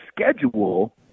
schedule